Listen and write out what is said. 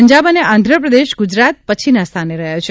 પંજાબ અને આંધ્રપ્રદેશ ગુજરાત પછીના સ્થાને રહ્યા છે